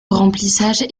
remplissage